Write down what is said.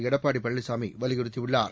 எடப்பாடி பழனிசாமி வலியுறுத்தியுள்ளார்